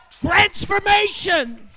transformation